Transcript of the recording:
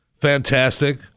Fantastic